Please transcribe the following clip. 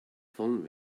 von